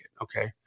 okay